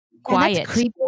quiet